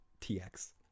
tx